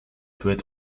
peut